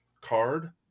card